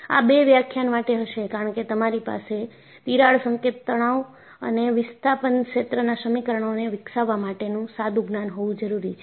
આ બે વ્યાખ્યાન માટે હશે કારણ કે તમારી પાસે તિરાડ સંકેત તણાવ અને વિસ્થાપન ક્ષેત્રના સમીકરણોને વિકસાવવા માટેનું સાદું જ્ઞાન હોવી જરૂરી છે